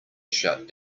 shut